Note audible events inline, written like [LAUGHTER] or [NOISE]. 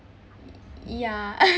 ya [LAUGHS]